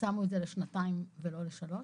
שינו את זה לשנתיים ולא לשלוש